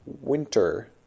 winter